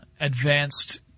advanced